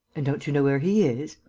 and don't you know where he is?